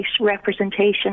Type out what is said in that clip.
representation